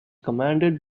commanded